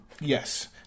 Yes